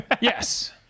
yes